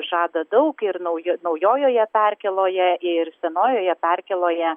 žada daug ir nauji naujojoje perkėloje ir senojoje perkėloje